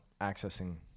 accessing